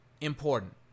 important